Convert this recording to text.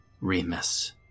Remus